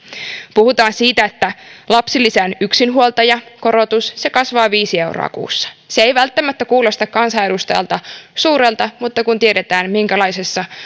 puhutaan siitä että lapsilisän yksinhuoltajakorotus kasvaa viisi euroa kuussa se ei välttämättä kuulosta kansanedustajasta suurelta mutta kun tiedetään minkälaisessa